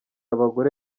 abagore